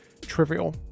trivial